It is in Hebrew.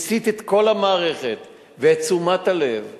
מסיט את כל המערכת ואת תשומת הלב שלי,